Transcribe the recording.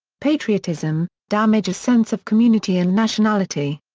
patriotism damage a sense of community and nationality.